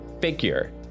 figure